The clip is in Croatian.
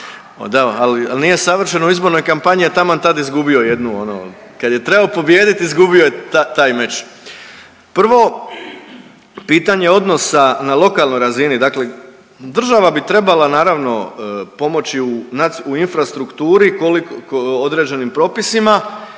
ali nije savršen u izbornoj kampanji, a taman tad je izgubio jednu ono, kad je trebao pobijediti izgubio je taj meč. Prvo, pitanje odnosa na lokalnoj razini dakle država bi trebala naravno pomoći u infrastrukturi određenim propisima